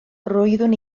roeddwn